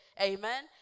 Amen